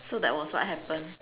so that was what happened